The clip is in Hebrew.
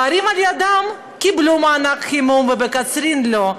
בערים על ידם קיבלו מענק חימום, ובקצרין, לא.